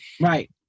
right